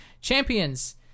Champions